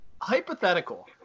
Hypothetical